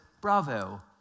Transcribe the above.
bravo